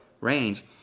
range